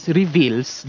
reveals